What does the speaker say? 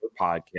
podcast